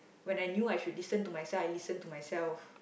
when I knew I should listen to myself I listen to myself